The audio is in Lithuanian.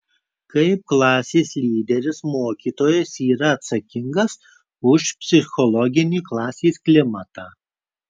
kaip klasės lyderis mokytojas yra atsakingas už psichologinį klasės klimatą